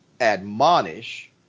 admonish